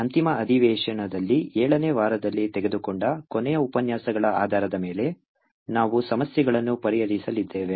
ಈ ಅಂತಿಮ ಅಧಿವೇಶನದಲ್ಲಿ 7 ನೇ ವಾರದಲ್ಲಿ ತೆಗೆದುಕೊಂಡ ಕೊನೆಯ ಉಪನ್ಯಾಸಗಳ ಆಧಾರದ ಮೇಲೆ ನಾವು ಸಮಸ್ಯೆಗಳನ್ನು ಪರಿಹರಿಸಲಿದ್ದೇವೆ